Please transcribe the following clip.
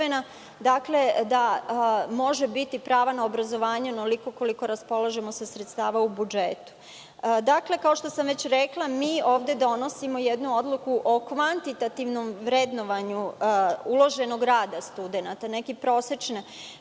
da može biti prava na obrazovanje onoliko koliko raspolažemo sa sredstvima u budžetu. Dakle, kao što sam već rekla, ovde donosimo jednu odluku o kvantitativnom vrednovanju uloženog rada studenata, neki prosečni